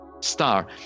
star